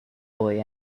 boy